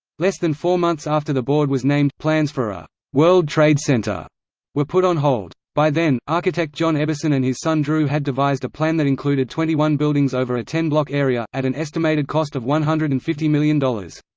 less than four months after the board was named, plans for a world trade center were put on hold. by then, architect john eberson and his son drew had devised a plan that included twenty one buildings over a ten-block area, at an estimated cost of one hundred and fifty million dollars.